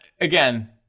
again